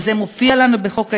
וזה מופיע בחוק ההסדרים: